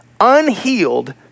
unhealed